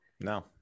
no